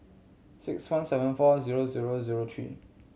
six one seven four zero zero zero three